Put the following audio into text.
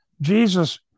Jesus